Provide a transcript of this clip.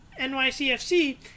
NYCFC